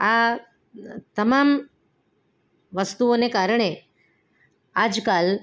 આ તમામ વસ્તુઓને કારણે આજકાલ